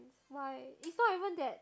why is not even that